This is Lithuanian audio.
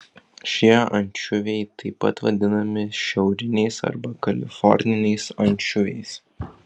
šie ančiuviai taip pat vadinami šiauriniais arba kaliforniniais ančiuviais